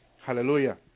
Hallelujah